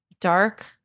dark